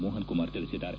ಮೋಹನ್ ಕುಮಾರ್ ತಿಳಿಸಿದ್ದಾರೆ